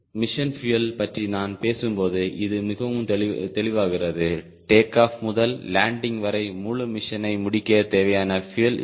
mission fuel பற்றி நான் பேசும்போது இது மிகவும் தெளிவாகிறது டேக் ஆப் முதல் லேண்டிங் வரை முழு மிஷனை முடிக்க தேவையான பியூயல் இது